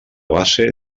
base